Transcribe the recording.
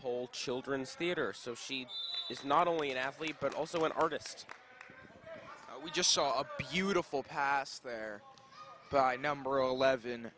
pole children's theatre so she is not only an athlete but also an artist we just saw a beautiful pass there but number eleven